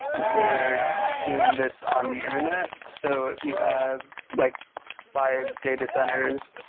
we're doing this on the internet. so if you have like five data centers,